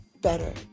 Better